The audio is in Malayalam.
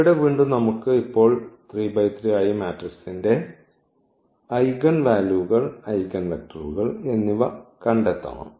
ഇവിടെ വീണ്ടും നമുക്ക് ഇപ്പോൾ 3 × 3 ആയ ഈ മാട്രിക്സിന്റെ ഐഗൻ വാല്യൂകൾ ഐഗൺവെക്ടറുകൾ എന്നിവ കണ്ടെത്തണം